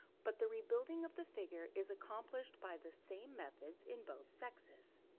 but the rebuilding of the figure is accomplished by the same methods in both sexes.